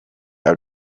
our